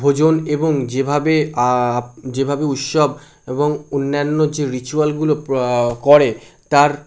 ভোজন এবং যেভাবে যেভাবে উৎসব এবং অন্যান্য যে রিচুয়ালগুলো করে তার